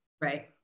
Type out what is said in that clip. Right